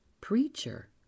preacher